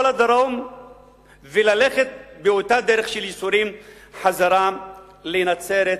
הדרום וללכת באותה דרך של ייסורים חזרה לנצרת,